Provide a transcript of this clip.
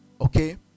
Okay